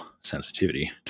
sensitivity